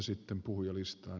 sitten puhujalistaan